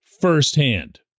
firsthand